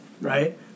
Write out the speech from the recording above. right